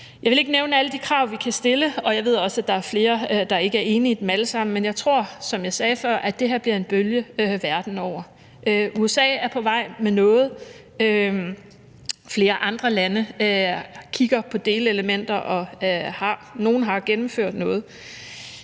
Jeg vil ikke nævne alle de krav, vi kan stille, og jeg ved også, at der er flere, der ikke er enige i dem alle sammen. Men jeg tror, som jeg sagde før, at det her bliver en bølge verden over. USA er på vej med noget, flere andre lande kigger på delelementer, og nogle har gennemført noget